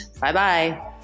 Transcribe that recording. Bye-bye